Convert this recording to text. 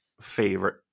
favorite